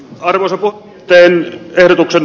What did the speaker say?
orko teki ehdotuksen